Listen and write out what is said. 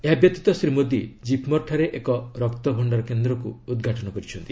ଏହାବ୍ୟତୀତ ଶ୍ରୀ ମୋଦି ଜିପ୍ମର୍ଠାରେ ଏକ ରକ୍ତଭଣ୍ଡାର କେନ୍ଦ୍ରକୁ ଉଦ୍ଘାଟନ କରିଛନ୍ତି